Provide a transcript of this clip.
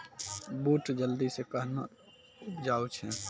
बूट जल्दी से कहना उपजाऊ छ?